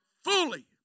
fully